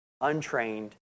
untrained